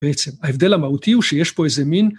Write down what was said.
בעצם ההבדל המהותי הוא שיש פה איזה מין.